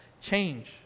change